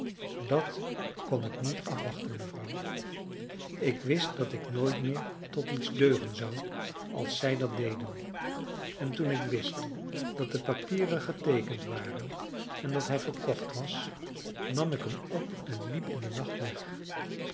dat kon ik niet afwachten mevrouw ik wist dat ik nooit meer tot iets deugen zou als zij dat deden en toen ik wist dat de papieren geteekend waren en dat hij verkocht was nam ik hem op en liep in den nacht weg